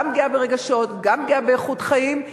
גם פגיעה ברגשות, גם פגיעה באיכות החיים.